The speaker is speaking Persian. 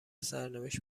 سرنوشت